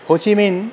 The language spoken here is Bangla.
হো চি মিন